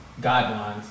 guidelines